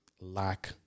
lack